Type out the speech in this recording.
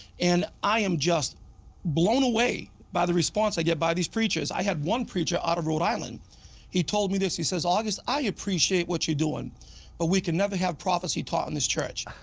and i am just blown away by the response i get by these preachers. i have one preacher out of rhode island he told me this he said, august i appreciate what you're doing but we can never have prophecy taught in this church.